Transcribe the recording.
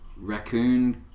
raccoon